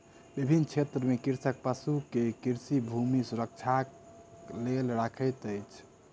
विभिन्न क्षेत्र में कृषक पशु के कृषि भूमि सुरक्षाक लेल रखैत अछि